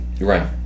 Right